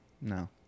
No